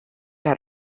had